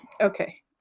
Okay